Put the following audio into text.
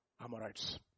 Amorites